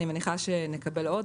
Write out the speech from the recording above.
אני מניחה שנקבל עוד,